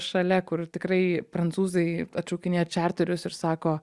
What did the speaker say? šalia kur tikrai prancūzai atšaukinėja čarterius ir sako